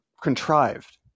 contrived